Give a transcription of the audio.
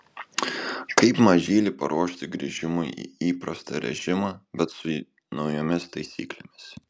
kaip mažylį paruošti grįžimui į įprastą režimą bet su naujomis taisyklėmis